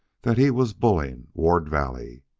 that he was bulling ward valley.